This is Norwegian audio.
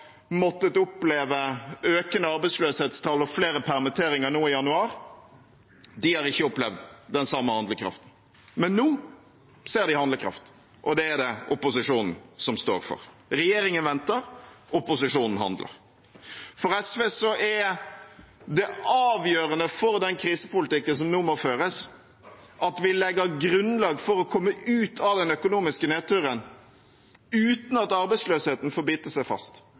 måttet oppleve økende arbeidsløshetstall og flere permitteringer nå i januar, har ikke opplevd den samme handlekraften. Men nå ser de handlekraft, og det er det opposisjonen som står for. Regjeringen venter, opposisjonen handler. For SV er det avgjørende for den krisepolitikken som nå må føres, at vi legger grunnlag for å komme ut av den økonomiske nedturen uten at arbeidsløsheten får bite seg fast,